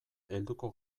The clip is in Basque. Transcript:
helduko